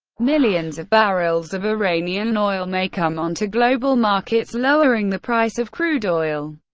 millions of barrels of iranian oil may come onto global markets, lowering the price of crude oil.